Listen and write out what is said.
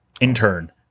intern